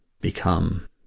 become